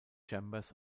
chambers